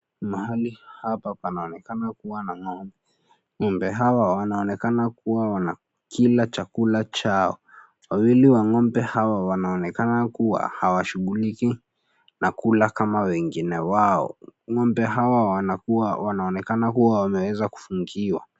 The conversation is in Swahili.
Mahali hapa panaonekana kuwa na ngombe, ngombe hawa wanaonekana kuwa wana kila chakula chao, wawili wa ngombe hawa wanaonekana kuwa hawashughuliki na kula kama wengine wao ngombe hawa wana onekana huwa wameweza kufungiwa.